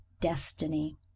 destiny